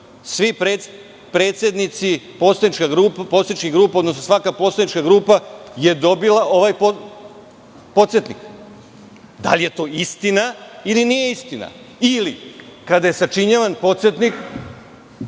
predsednici poslaničkih grupa, odnosno svaka poslanička grupa je dobila ovaj podsetnik. Da li je to istina, ili nije istina? Ili, kada je sačinjavan podsetnik,